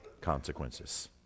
consequences